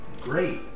great